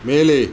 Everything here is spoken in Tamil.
மேலே